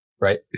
right